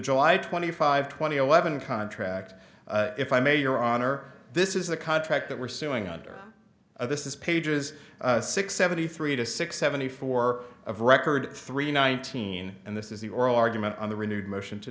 july twenty five twenty eleven contract if i may your honor this is the contract that we're suing under of this is pages six seventy three to six seventy four of record three nineteen and this is the oral argument on the renewed motion to